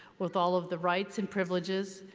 with all of the rights and privileges,